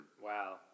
Wow